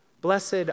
Blessed